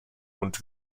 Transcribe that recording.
und